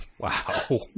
Wow